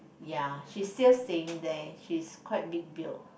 yeah she still staying there she's quite big built